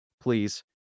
please